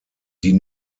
die